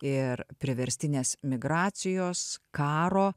ir priverstinės migracijos karo